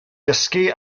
dysgu